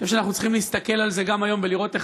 אני חושב שאנחנו צריכים להסתכל על זה גם היום ולראות איך